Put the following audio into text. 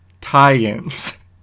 tie-ins